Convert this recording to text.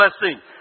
blessing